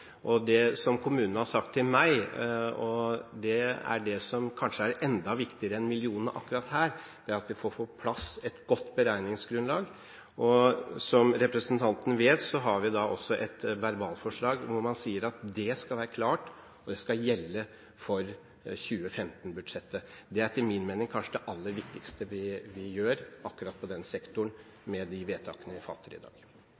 lang tid. Det kommunene har sagt til meg – som kanskje er enda viktigere enn millionene akkurat her – er at vi får på plass et godt beregningsgrunnlag. Som representanten vet, har vi også et verbalforslag, der man sier at det skal være klart, og det skal gjelde for 2015-budsjettet. Det er etter min mening kanskje det aller viktigste vi gjør akkurat på den sektoren, med de vedtakene vi fatter i dag.